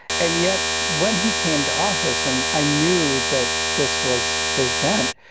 and yet, when he came to office and i knew that this was his bent,